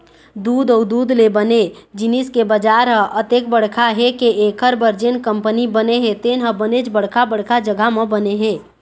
दूद अउ दूद ले बने जिनिस के बजार ह अतेक बड़का हे के एखर बर जेन कंपनी बने हे तेन ह बनेच बड़का बड़का जघा म बने हे